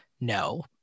No